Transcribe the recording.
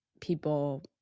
people